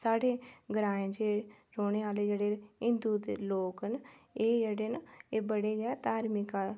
साढ़े ग्राएं च ऐ रौह्ने आह्ले ऐ जेह्ड़े हिन्दू लोक न जैह्डे न बड़े गै धार्मिक आह्ले न